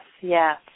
yes